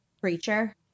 preacher